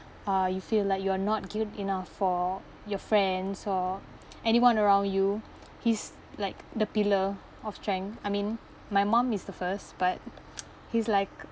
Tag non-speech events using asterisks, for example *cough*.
uh you feel like you're not good enough for your friend or anyone around you he's like the pillar of strength I mean my mum is the first but *noise* he's like